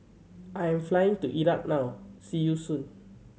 I am flying to Iraq now see you soon